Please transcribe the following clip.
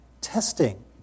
testing